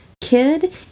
kid